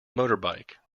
motorbike